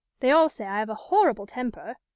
they all say i've a horrible temper.